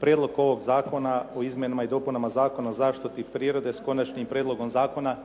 Prijedlog ovog zakona u izmjenama i dopunama Zakona o zaštiti prirode s Konačnim prijedlogom zakona